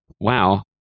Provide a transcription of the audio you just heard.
Wow